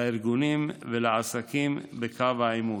לארגונים ולעסקים בקו העימות.